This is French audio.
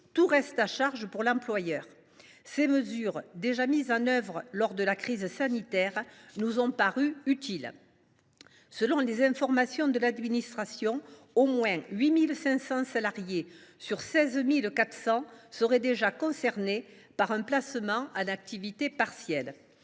tout reste à charge pour l’employeur. Ces mesures, qui ont déjà été mises en œuvre lors de la crise sanitaire, nous ont paru utiles. Selon les informations dont dispose l’administration, au moins 8 500 salariés sur 16 400 seraient ainsi déjà concernés par un placement en activité partielle.